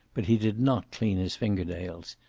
but he did not clean his fingernails.